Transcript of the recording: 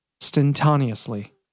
Instantaneously